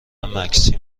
مکسیم